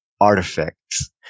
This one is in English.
artifacts